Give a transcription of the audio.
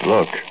Look